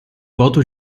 volto